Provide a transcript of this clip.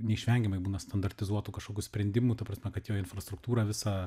neišvengiamai būna standartizuotų kažkokių sprendimų ta prasme kad jo infrastruktūrą visą